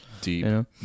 Deep